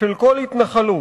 של כל התנחלות.